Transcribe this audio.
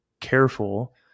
careful